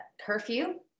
curfew